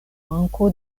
manko